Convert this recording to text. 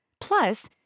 Plus